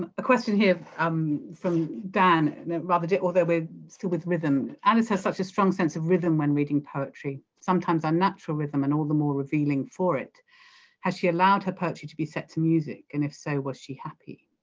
ah a question here um from dan and rather although we're still with rhythm, alice has such a strong sense of rhythm when reading poetry sometimes our natural rhythm and all the more revealing for it has she allowed her poetry to be set to music and if so was she happy?